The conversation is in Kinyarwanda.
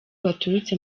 waturutse